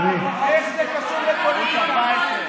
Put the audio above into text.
אמר זה שיש לו ערוץ טלוויזיה משלו.